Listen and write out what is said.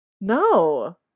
No